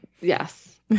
Yes